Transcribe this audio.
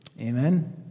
Amen